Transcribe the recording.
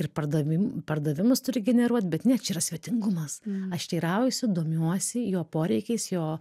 ir pardavim pardavimus turi generuot bet ne čia yra svetingumas aš teiraujuosi domiuosi jo poreikiais jo